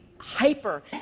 hyper